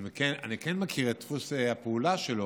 אני כן מכיר את דפוס הפעולה שלו,